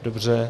Dobře.